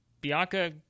bianca